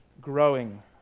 growing